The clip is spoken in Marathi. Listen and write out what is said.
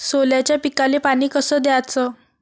सोल्याच्या पिकाले पानी कस द्याचं?